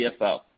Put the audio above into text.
CFO